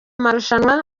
marushanwa